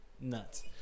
nuts